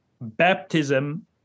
baptism